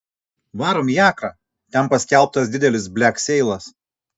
varom į akrą ten paskelbtas didelis blekseilas